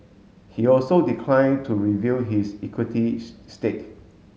he also declined to reveal his equity stake